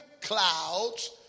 clouds